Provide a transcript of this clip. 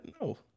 no